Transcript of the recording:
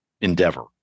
endeavor